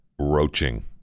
roaching